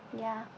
ya